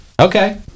Okay